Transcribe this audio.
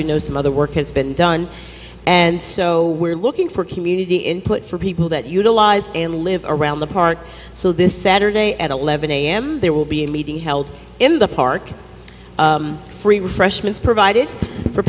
you know some other work has been done and so we're looking for community input for people that utilize and live around the park so this saturday at eleven a m there will be a meeting held in the park free refreshments provided for